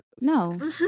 No